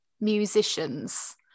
musicians